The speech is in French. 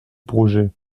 projet